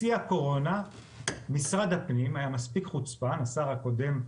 בשיא הקורונה משרד הפנים היה מספיק חוצפן השר הקודם,